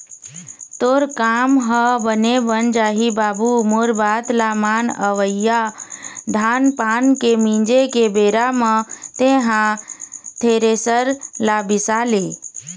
तोर काम ह बने बन जाही बाबू मोर बात ल मान अवइया धान पान के मिंजे के बेरा म तेंहा थेरेसर ल बिसा ले